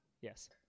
Yes